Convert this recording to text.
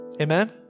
Amen